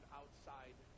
outside